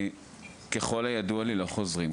ככול הידוע לי לא חוזרים,